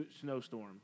snowstorm